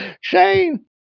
Shane